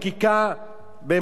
הייתי שמח מאוד,